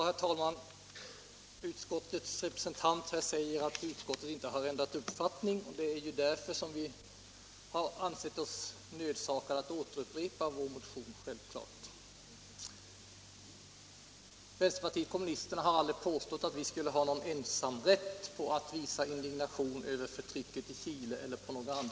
Herr talman! Utskottets representant säger, att utskottet inte ändrat uppfattning. Det är därför vi ansett oss nödsakade att återupprepa vår motion. Vi i vpk har aldrig påstått att vi skulle ha ensamrätt att visa indignation över förtrycket i Chile eller på andra håll.